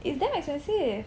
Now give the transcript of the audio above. it's damn expensive